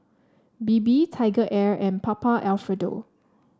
Bebe TigerAir and Papa Alfredo